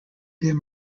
their